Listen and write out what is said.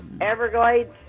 Everglades